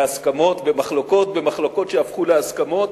בהסכמות, במחלוקות, במחלוקות שהפכו להסכמות.